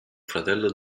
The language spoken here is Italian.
fratello